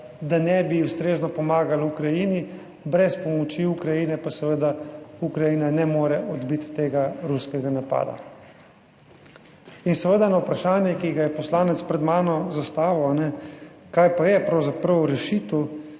da ne bi ustrezno pomagali Ukrajini. Brez pomoči Ukrajine pa seveda Ukrajina ne more odbiti tega ruskega napada. In seveda na vprašanje, ki ga je poslanec pred mano zastavil, a ne, kaj pa je pravzaprav rešitev,